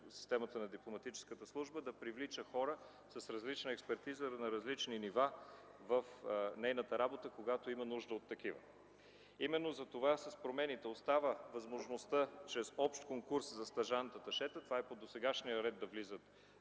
системата на Дипломатическата служба, да привлича хора с различна експертиза, на различни нива в нейната работа, когато има нужда от такива. Именно затова с промените остава възможността чрез общ конкурс за стажант-аташета – това е по досегашния ред, да влизат